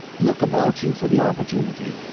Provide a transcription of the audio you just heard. look about you for the opportunity.